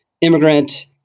immigrant